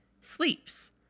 sleeps